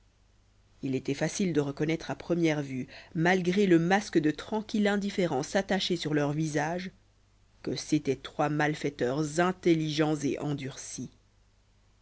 il était facile de reconnaître à première vue malgré le masque de tranquille indifférence attaché sur leur visage que c'était trois malfaiteurs intelligents et endurcis